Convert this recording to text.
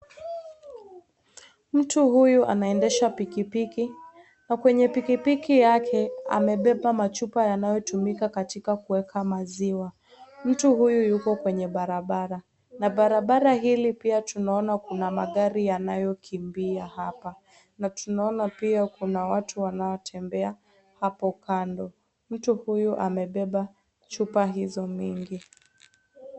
Mtu huyu anaendesha pikipiki, na kwenye pikipiki yake amebeba machupa yanayotumika katika kuweka maziwa. Mtu huyu yuko kwenye barabara na barabara hili pia tunaona kuna magari yanayokimbia hapa, na tunaona pia kuna watu wanaotembea hapo kando . Mtu huyo amebeba chupa hizo mingi.